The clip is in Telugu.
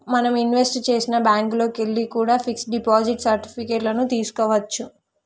మనం ఇన్వెస్ట్ చేసిన బ్యేంకుల్లోకెల్లి కూడా పిక్స్ డిపాజిట్ సర్టిఫికెట్ లను తీస్కోవచ్చు